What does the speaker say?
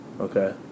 Okay